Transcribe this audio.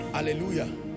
Hallelujah